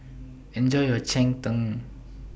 Enjoy your Cheng Tng